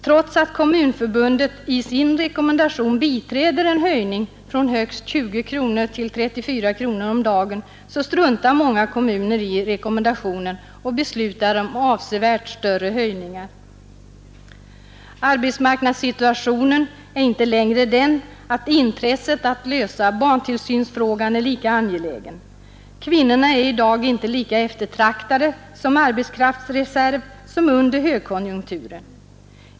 Trots att Kommunförbundet i sin rekommendation tillstyrker en höjning från 20 kronor till högst 34 kronor om dagen, så struntar många kommuner i rekommendationen och beslutar om avsevärt större höjningar. Arbetsmarknadssituationen är inte längre sådan att intresset att lösa barntillsynsfrågan är lika stort. Kvinnorna är i dag inte lika eftertraktade som arbetskraftsreserv som under högkonjunkturen.